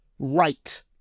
Right